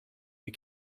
you